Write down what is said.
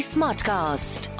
Smartcast